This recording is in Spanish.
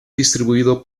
distribuido